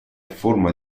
forma